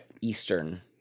Eastern